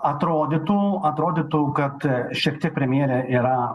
atrodytų atrodytų kad šiek tiek premjerė yra